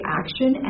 action